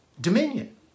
dominion